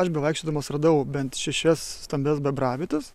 aš bevaikščiodamas radau bent šešias stambias bebravietes